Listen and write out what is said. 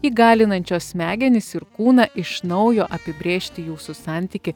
įgalinančios smegenis ir kūną iš naujo apibrėžti jūsų santykį